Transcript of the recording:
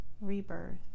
rebirth